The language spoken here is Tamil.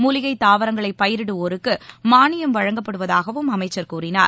மூலிகைத் தாவரங்களை பயிரிடுவோருக்கு மானியம் வழங்கப்படுவதாகவும் அமைச்சர் கூறினார்